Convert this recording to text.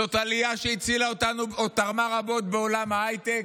זאת עלייה שהצילה אותנו ותרמה רבות בעולם ההייטק,